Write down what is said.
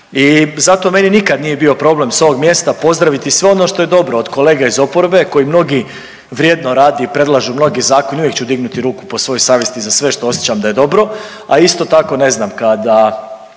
I zato meni nikad nije bio problem s ovog mjesta pozdraviti sve ono što je dobro od kolega iz oporbe koji mnogi vrijedno rade i predlažu mnoge zakone i uvijek ću dignuti po svojoj savjesti za sve što osjećam da je dobro, a isto tako ne znam kada